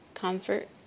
Comfort